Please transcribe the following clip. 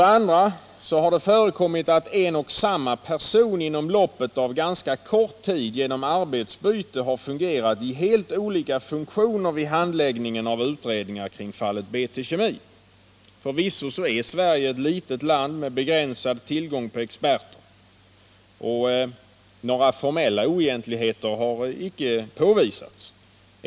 Det har förekommit att en och samma person inom loppet av ganska kort tid genom arbetsbyte har verkat i helt olika funktioner vid handläggningen av utredningar kring fallet BT Kemi. Förvisso är Sverige ett litet land med begränsad tillgång på experter och några formella oegentligheter har inte påvisats.